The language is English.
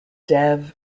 dev